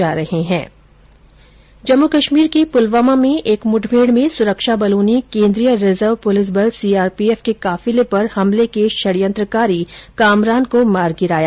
गौरतलब है कि कल पुलवामा में आतंकी मुठभेड के दौरान सुरक्षाबलों ने केन्द्रीय रिजर्व पुलिस बल सीआरपीएफ के काफिले पर हमले के षडयंत्रकारी कामरान को मार गिराया